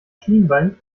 schienbein